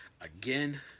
again